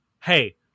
hey